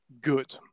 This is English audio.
good